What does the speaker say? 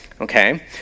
Okay